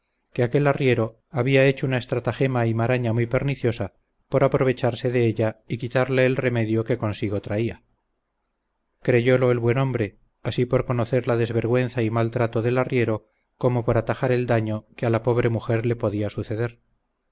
que aquel arriero había hecho una estratagema y maraña muy perniciosa por aprovecharse de ella y quitarle el remedio que consigo traía creyolo el buen hombre así por conocer la desvergüenza y mal trato del arriero como por atajar el daño que a la pobre mujer le podía suceder